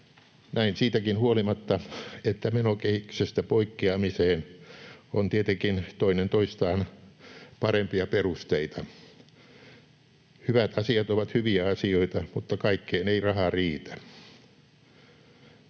Näin siitäkin huolimatta, että menokehyksestä poikkeamiseen on tietenkin toinen toistaan parempia perusteita. Hyvät asiat ovat hyviä asioita, mutta kaikkeen ei raha riitä.